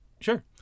Sure